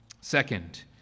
Second